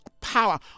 power